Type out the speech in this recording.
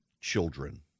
children